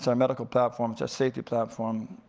so medical platform, it's our safety platform,